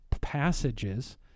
passages